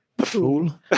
fool